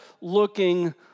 looking